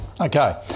okay